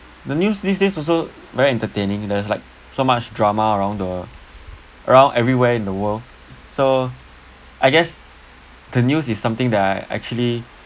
the news these days also very entertaining there's like so much drama around the around everywhere in the world so I guess the news is something that I actually